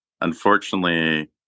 unfortunately